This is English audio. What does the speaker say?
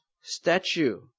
statue